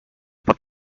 pot